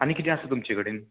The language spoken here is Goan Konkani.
आनी किदें आसा तुमचे कडेन